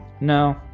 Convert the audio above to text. No